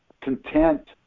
content